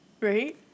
Right